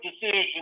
decision